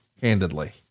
candidly